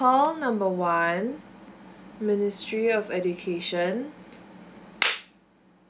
call number one ministry of education